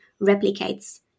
replicates